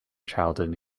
childhood